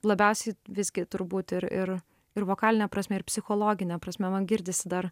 labiausiai visgi turbūt ir ir ir vokaline prasme ir psichologine prasme man girdisi dar